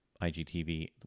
IGTV